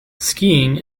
skiing